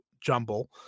jumble